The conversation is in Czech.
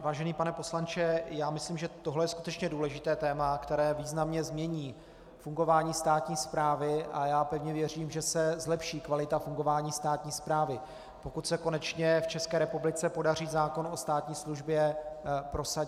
Vážený pane poslanče, myslím, že tohle je skutečně důležité téma, které významně změní fungování státní správy, a pevně věřím, že se zlepší kvalita fungování státní správy, pokud se konečně v České republice podaří zákon o státní službě prosadit.